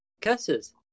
Curses